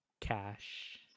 cash